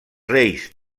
reis